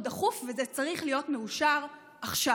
הצורך הוא דחוף וזה צריך להיות מאושר עכשיו.